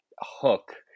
hook